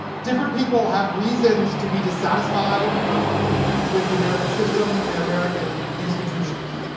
different people have reasons to be dissatisfied with the american system and american institutions.